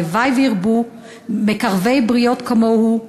והלוואי שירבו מקרבי בריות כמוהו,